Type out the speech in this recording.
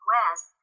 West